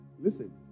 Listen